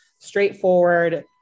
straightforward